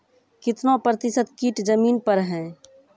कितना प्रतिसत कीट जमीन पर हैं?